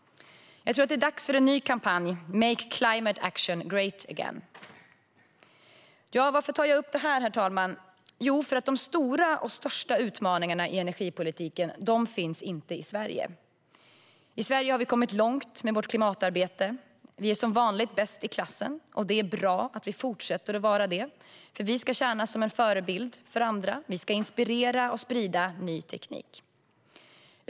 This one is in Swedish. Jag tror att det är dags för en ny kampanj: Make climate action great again! Herr talman! Varför tar jag upp det här? Jo, för de stora och största utmaningarna inom energipolitiken finns inte i Sverige. I Sverige har vi kommit långt med vårt klimatarbete. Vi är som vanligt bäst i klassen, och det är bra att vi fortsätter vara det. Vi ska tjäna som en förebild för andra, och vi ska inspirera och sprida ny teknik.